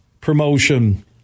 promotion